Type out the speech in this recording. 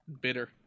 bitter